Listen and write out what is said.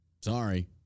Sorry